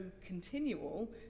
continual